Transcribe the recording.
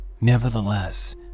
Nevertheless